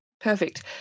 Perfect